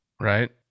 right